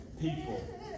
people